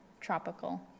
tropical